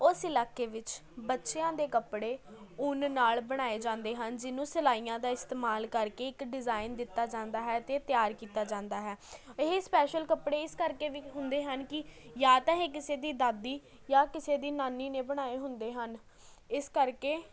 ਓਸ ਇਲਾਕੇ ਵਿੱਚ ਬੱਚਿਆਂ ਦੇ ਕੱਪੜੇ ਉੱਨ ਨਾਲ ਬਣਾਏ ਜਾਂਦੇ ਹਨ ਜਿਹਨੂੰ ਸਿਲਾਈਆਂ ਦਾ ਇਸਤੇਮਾਨ ਕਰਕੇ ਇੱਕ ਡਿਜ਼ਾਇਨ ਦਿੱਤਾ ਜਾਂਦਾ ਹੈ ਅਤੇ ਤਿਆਰ ਕੀਤਾ ਜਾਂਦਾ ਹੈ ਇਹ ਸਪੈਸ਼ਲ ਕੱਪੜੇ ਇਸ ਕਰਕੇ ਵੀ ਹੁੰਦੇ ਹਨ ਕਿ ਜਾਂ ਤਾਂ ਇਹ ਕਿਸੇ ਦੀ ਦਾਦੀ ਜਾਂ ਕਿਸੇ ਦੀ ਨਾਨੀ ਨੇ ਬਣਾਏ ਹੁੰਦੇ ਹਨ ਇਸ ਕਰਕੇ